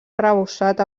arrebossat